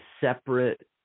separate